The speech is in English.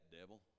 devil